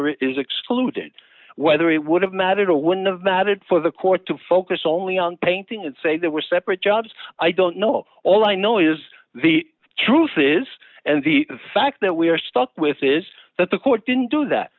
or is excluded whether it would have mattered when the mattered for the court to focus only on painting and say that we're separate jobs i don't know all i know is the truth is and the fact that we are stuck with is that the court didn't do that